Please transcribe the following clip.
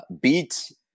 beat